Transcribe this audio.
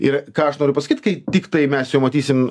ir ką aš noriu pasakyt kai tiktai mes jau matysim